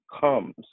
comes